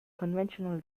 conventional